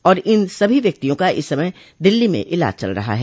और इन सभी व्यक्तियों का इस समय दिल्ली में इलाज चल रहा है